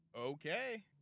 Okay